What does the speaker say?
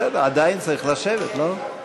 בסדר, עדיין צריך לשבת, לא?